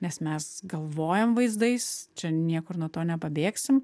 nes mes galvojam vaizdais čia niekur nuo to nepabėgsim